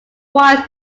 twice